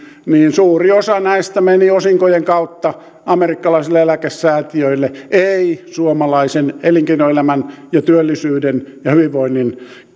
suuri osa näistä meni osinkojen kautta amerikkalaisille eläkesäätiöille ei suomalaisen elinkeinoelämän ja työllisyyden ja hyvinvoinnin